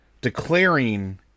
declaring